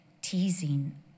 teasing